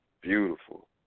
beautiful